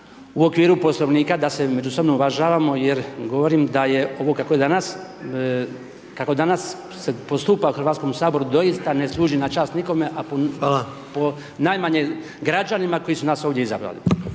u okviru Poslovnika, da se međusobno uvažavamo jer, govorim da je ovo kako je danas, kako danas se postupa u HS-u doista ne služi na čast nikome…/Upadica: Hvala/…, a najmanje građanima koji su nas ovdje izabrali.